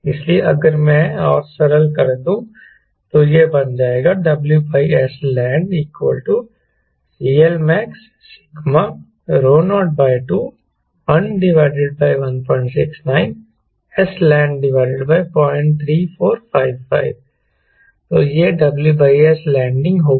इसलिए अगर मैं और सरल कर दूं तो यह बन जाएगा WSland CLmax021169Sland03455 तो यह WS लैंडिंग होगा